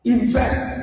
Invest